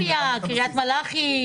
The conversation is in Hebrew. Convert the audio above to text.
באר טוביה, קריית מלאכי.